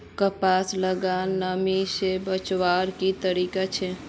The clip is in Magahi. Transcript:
कपास लाक नमी से बचवार की तरीका छे?